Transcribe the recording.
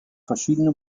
verschiedene